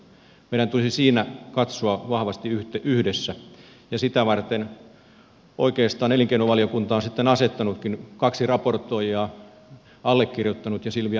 meidän tulisi siinä katsoa vahvasti yhdessä ja sitä varten oikeastaan elinkeinovaliokunta on sitten asettanutkin kaksi raportoijaa allekirjoittaneen ja silvia modigin